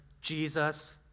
Jesus